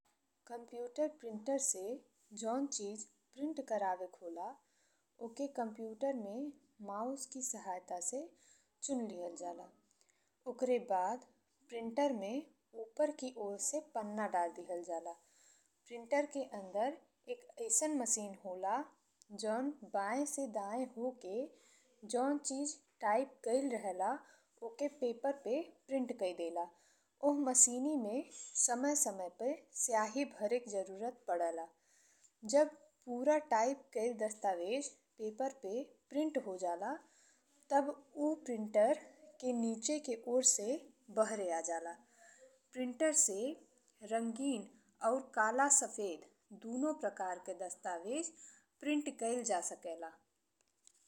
Computer printer से जउन print करावे के होला ओके कंप्यूटर में माउस की सहायता से चुन लिहल जाला। ओकरे बाद प्रिंटर में उपर की ओर से पन्ना धर दीहल जाला। प्रिंटर के अंदर एक अइसन मशीन होला जउन बायें से दायें होकर जउन चीज टाइप कइल रहेला ओके पेपर पे प्रिंट कई देला। ओह मशीन में समय समय पे स्याही भरे के जरूरत पड़ेला। जब पूरा टाइप कइल दस्तावेज पेपर पे प्रिंट हो जाला तब उ प्रिंटर के नीचे के ओर से बाहरे आ जाला। प्रिंटर से रंगीन और काला सफेद दुनो प्रकार के दस्तावेज प्रिंट कइल जा सकेला।